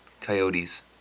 coyotes